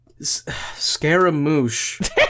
scaramouche